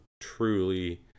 truly